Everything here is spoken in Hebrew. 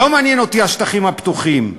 לא מעניינים אותי השטחים הפתוחים.